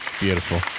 beautiful